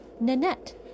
Nanette